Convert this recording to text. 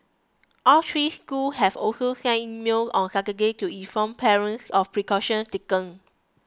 all three school have also sent email on Saturday to inform parents of precaution taken